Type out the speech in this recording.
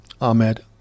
Ahmed